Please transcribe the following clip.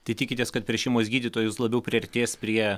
tai tikitės kad per šeimos gydytojus labiau priartės prie